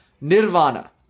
nirvana